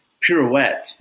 pirouette